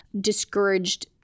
discouraged